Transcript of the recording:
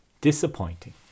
Disappointing